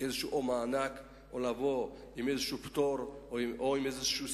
איזה מענק או לבוא עם איזה פטור או סיוע.